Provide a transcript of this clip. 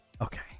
okay